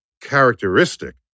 characteristic